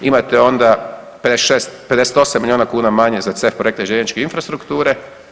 Imate onda 58 milijuna kuna manje za … projekte i željezničke infrastrukture.